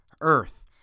Earth